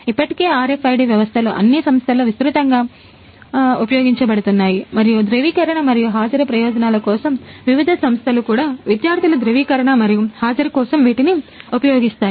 ఇప్పటికే RFID వ్యవస్థలు అన్ని సంస్థలలో విస్తృతంగా ఉపయోగించబడుతున్నాయి మరియు ధ్రువీకరణ మరియు హాజరు ప్రయోజనాల కోసం వివిధ సంస్థలు కూడా విద్యార్థుల ధ్రువీకరణ మరియు హాజరు కోసం వీటిని ఉపయోగిస్తాయి